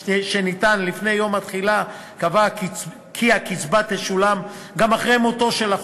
שניתן לפני יום התחילה קבע כי הקצבה תשולם גם אחרי מותו של החוסך,